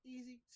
Easy